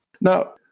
Now